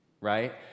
Right